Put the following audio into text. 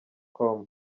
com